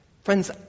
Friends